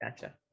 Gotcha